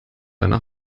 deine